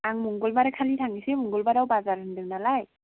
आं मंगलबार खालि थांनिसै मंगलबाराव बाजार होन्दों नालाय